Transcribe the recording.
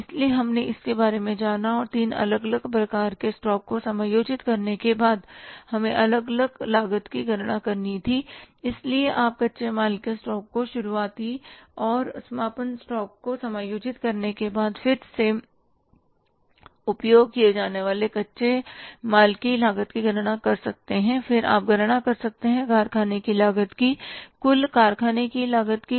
इसलिए हमने इसके बारे में जाना और तीन अलग अलग प्रकार के स्टॉक को समायोजित करने के बाद हमें अलग अलग लागत की गणना करनी थी इसलिए आप कच्चे माल के स्टॉक को शुरुआती और समापन स्टॉप को समायोजित करने के बाद फिर से उपयोग किए जाने वाले कच्चे माल की लागत की गणना कर सकते हैं फिर आप गणना कर सकते हैं कारखाने की लागत की कुल कारखाने की लागत की